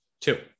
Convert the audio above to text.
Two